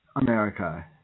America